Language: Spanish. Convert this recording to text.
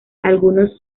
algunos